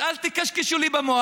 אז אל תקשקשו לי במוח.